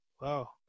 Wow